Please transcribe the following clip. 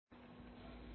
सगळ्यांना नमस्कार